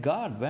God